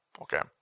Okay